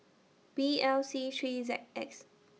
B L C three Z X